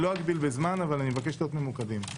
לא אגביל בזמן אבל אבקש להיות ממוקדים.